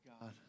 God